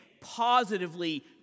positively